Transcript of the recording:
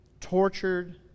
tortured